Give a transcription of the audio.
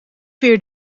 weer